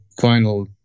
final